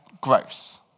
gross